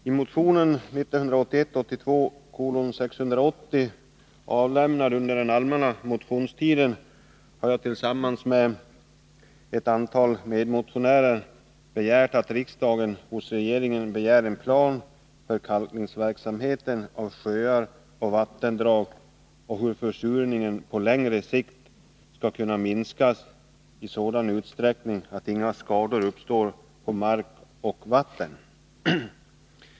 I motionen 1981/82:680, avlämnad under den allmänna motionstiden, har jag tillsammans med ett antal medmotionärer yrkat ”att riksdagen hos regeringen begär en plan för kalkningsverksamhet av sjöar och vattendrag och hur försurningen på längre sikt skall kunna minskas i sådan utsträckning att inga skador uppstår på mark och vatten”.